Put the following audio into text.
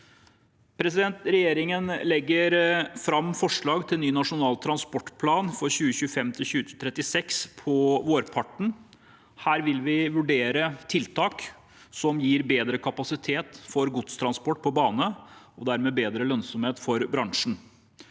Dovrebanen. Regjeringen legger fram forslag til ny nasjonal transportplan for 2025–2036 på vårparten. Her vil vi vurdere tiltak som gir bedre kapasitet for godstransport på bane og dermed bedre lønnsomhet for bransjen.